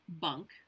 bunk